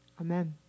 Amen